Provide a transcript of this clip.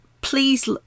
please